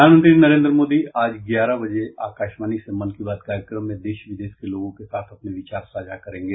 प्रधानमंत्री नरेन्द्र मोदी आज ग्यारह बजे आकाशवाणी से मन की बात कार्यक्रम में देश विदेश में लोगों के साथ अपने विचार साझा करेंगे